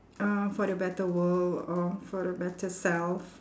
uh for the better world or for a better self